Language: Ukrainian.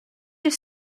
буде